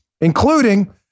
including